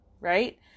right